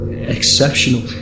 exceptional